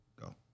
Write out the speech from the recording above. Go